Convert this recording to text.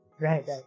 Right